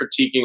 critiquing